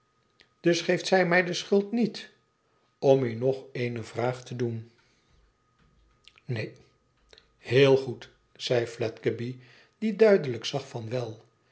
dus geeft zij mij de schuld niet om u nog eene vraag te doen neen heel goed zei fledgeby die duidelijk zag van